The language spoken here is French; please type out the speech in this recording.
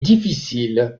difficile